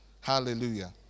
Hallelujah